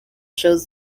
shows